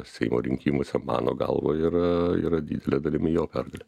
seimo rinkimuose mano galva yra yra didele dalimi jo pergalė